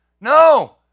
no